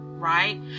right